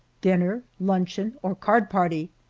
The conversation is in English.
dinner, luncheon, or card party.